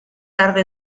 tarde